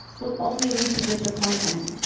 will only lead to disappointment.